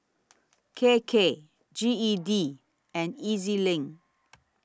K K G E D and E Z LINK